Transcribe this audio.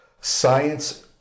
science